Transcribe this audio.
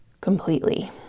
completely